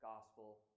gospel